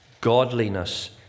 godliness